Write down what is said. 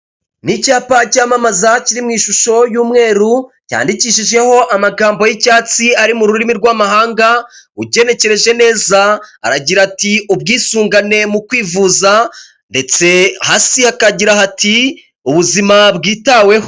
Ni icyapa cyamamaza kiri mu ishusho y'umweru cyandikishijeho amagambo y'icyatsi ari mu rurimi rw'amahanga, ugenekereje neza aragira ati ubwisungane mu kwivuza ndetse hasi hakagira hati ubuzima bwitaweho.